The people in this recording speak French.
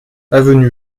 avenue